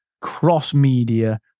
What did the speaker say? cross-media